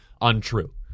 untrue